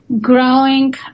growing